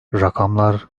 rakamlar